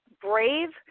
brave